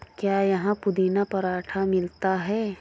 क्या यहाँ पुदीना पराठा मिलता है?